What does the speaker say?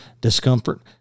discomfort